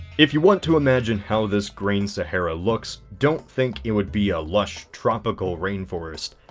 if you want to imagine how this grain sahara looks don't think it would be a lush tropical rainforest,